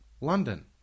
London